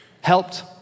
helped